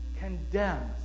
condemns